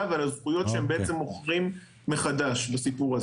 ועל הזכויות שהם בעצם מוכרים מחדש בסיפור הזה.